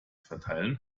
verteilen